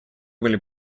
были